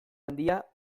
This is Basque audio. handia